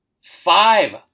five